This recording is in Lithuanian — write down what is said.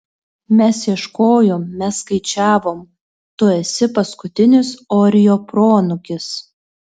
mes ieškojom mes skaičiavom tu esi paskutinis orio proanūkis